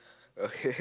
okay